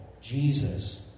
Jesus